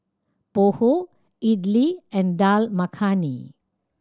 Pho Idili and Dal Makhani